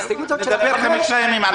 של החמישה ימים.